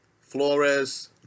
Flores